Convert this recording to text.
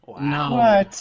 No